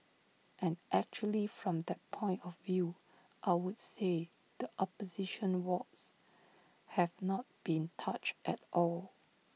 and actually from that point of view I would say the opposition wards have not been touched at all